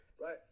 right